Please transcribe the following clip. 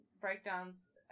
breakdowns